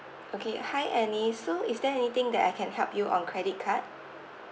okay hi annie so is there anything that I can help you on credit card